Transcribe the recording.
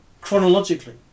chronologically